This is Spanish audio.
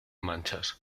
manchas